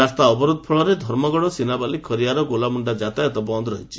ରାସ୍ତା ଅବରୋଧ ଫଳରେ ଧର୍ମଗଡ ସିନାପାଲି ଖରିଆର ଗୋଲାମୁଣ୍ଡା ଯାତାୟତ ବନ୍ଦ ରହିଛି